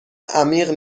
عمیق